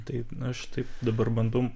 taip aš taip dabar bandau